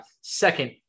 Second